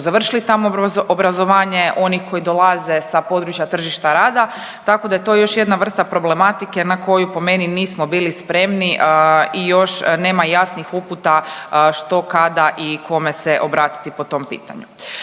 završili tamo obrazovanje, onih koji dolaze sa područja tržišta rada, tako da je to još jedna vrsta problematike na koju po meni nismo bili spremni i još nema jasnih uputa što, kada i kome se obratiti po tom pitanju.